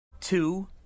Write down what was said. Two